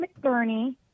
McBurney